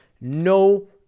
No